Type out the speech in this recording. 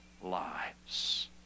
lives